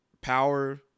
Power